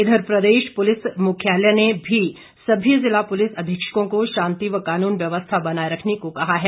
इधर प्रदेश पुलिस मुख्यालय ने भी सभी जिला पुलिस अधीक्षकों को शांति व कानून व्यवस्था बनाए रखने को कहा है